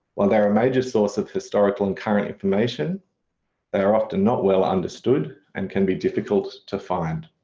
while they're a major source of historical and current information they are often not well understood and can be difficult to find.